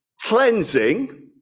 cleansing